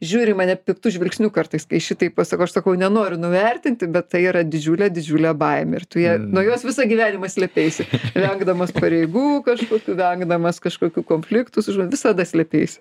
žiūri į mane piktu žvilgsniu kartais kai šitai pasakau aš sakau nenoriu nuvertinti bet tai yra didžiulė didžiulė baimė ir tu ją nuo jos visą gyvenimą slėpeisi vengdamas pareigų kažkokių vengdamas kažkokių konfliktų visada slėpeisi